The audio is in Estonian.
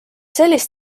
sellist